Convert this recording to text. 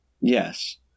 Yes